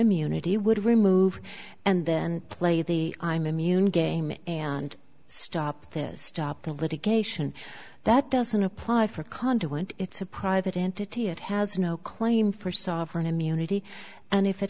immunity would remove and then play the i'm immune game and stop this stop the litigation that doesn't apply for a condiment it's a private entity it has no claim for software an immunity and if it